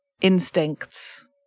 instincts